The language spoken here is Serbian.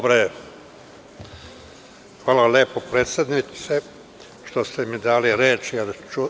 Hvala lepo predsednice što ste mi dali reč.